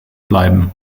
bleiben